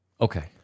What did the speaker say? Okay